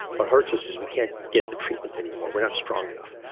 what hurts us is we can't get the treatment anymore. we're not strong enough.